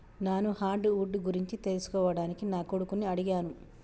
నాను hard wood గురించి తెలుసుకోవడానికి నా కొడుకుని అడిగాను